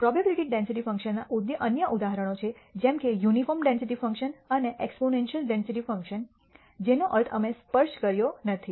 probability density ફંકશનના અન્ય ઉદાહરણો છે જેમ કે યુનિફોર્મ ડેન્સિટી ફંક્શન અને એક્સ્પોનેન્સલ ડેન્સિટી ફંક્શન જેનો અમે સ્પર્શ કર્યો નથી